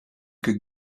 could